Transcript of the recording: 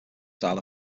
style